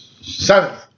seventh